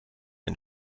ein